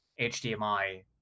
HDMI